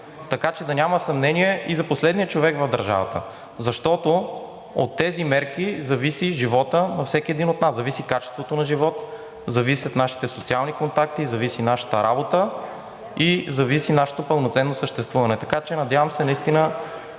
така че да няма съмнение и за последния човек в държавата, защото от тези мерки зависи животът на всеки един от нас, зависи качеството на живот, зависят нашите социални контакти, зависи нашата работа, зависи нашето пълноценно съществуване. Надявам се наистина